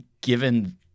given